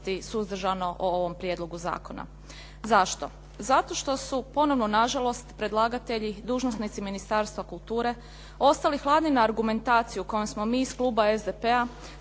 suzdržano o ovom prijedlogu zakona. Zašto? Zato što su ponovo nažalost predlagatelji dužnosnici Ministarstva kulture ostali hladni na argumentaciju kojom smo mi iz kluba SDP-a